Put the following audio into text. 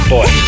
Boy